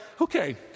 okay